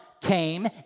came